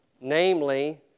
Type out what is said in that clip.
namely